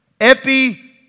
epi